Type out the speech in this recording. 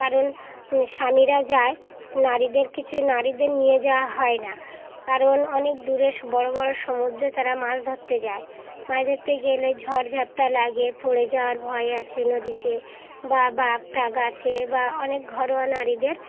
কারণ স্বামীরা যায় নারীদের কিছু নারীদের নিয়ে যাওয়া হয় না কারণ অনেক দূরে বড়ো বড়ো সমুদ্রে তারা মাছ ধরতে যায় মাছ ধরতে গেলে ঝড় ঝাপটা লাগে পড়ে যাওয়ার ভয় আছে নদীতে বা বাঘটাঘ আছে বা অনেক ঘরোয়া নারীদের